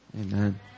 Amen